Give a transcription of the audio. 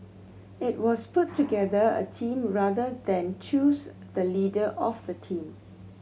it was put together a team rather than choose the leader of the team